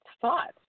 thought